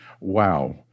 wow